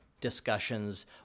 discussions